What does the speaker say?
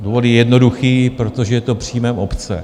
Důvod je jednoduchý, protože je to příjmem obce.